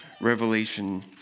Revelation